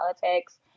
politics